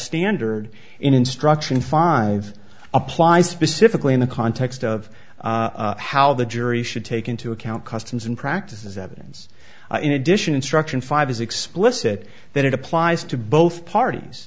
standard instruction five applies specifically in the context of how the jury should take into account customs and practices evidence in addition instruction five is explicit that it applies to both parties